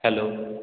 hello